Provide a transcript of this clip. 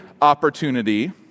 opportunity